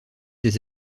des